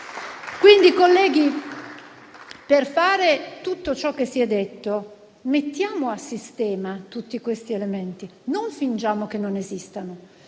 Colleghi, per fare tutto ciò che si è detto mettiamo a sistema tutti questi elementi, non fingiamo che non esistano.